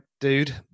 dude